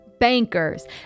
Bankers